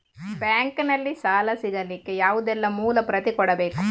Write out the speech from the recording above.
Bank ನಲ್ಲಿ ಸಾಲ ಸಿಗಲಿಕ್ಕೆ ಯಾವುದೆಲ್ಲ ಮೂಲ ಪ್ರತಿ ಕೊಡಬೇಕು?